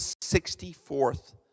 sixty-fourth